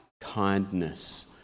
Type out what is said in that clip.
kindness